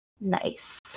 Nice